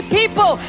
people